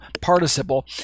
participle